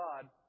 God